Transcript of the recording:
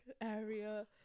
area